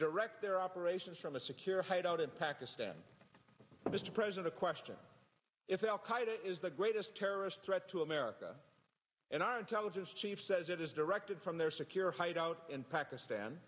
direct their operations from a secure hideout in pakistan mr president question if al qaeda is the greatest terrorist threat to america and our intelligence chief says it is directed from their secure hideout in pakistan